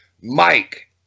Mike